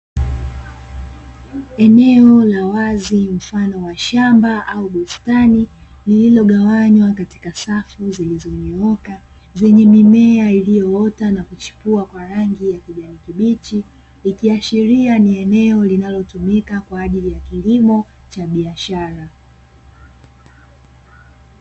Eneo la wazi mfano wa shamba au bustani lililogawanywa katika safu zilizonyooka, zenye mimea iliyoota na kuchipua kwa rangi ya kijani kibichi, likiashiria kuwa ni eneo linalotumika kwa ajili ya kilimo cha biashara.